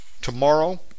tomorrow